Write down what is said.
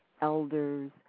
elders